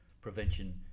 prevention